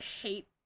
hate